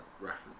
reference